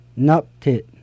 nuptit